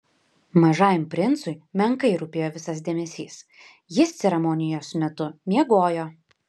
mažajam princui menkai rūpėjo visas dėmesys jis ceremonijos metu miegojo